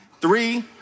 Three